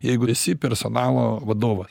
jeigu esi personalo vadovas